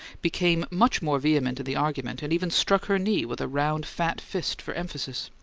became much more vehement in the argument, and even struck her knee with a round, fat fist for emphasis.